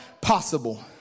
possible